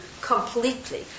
completely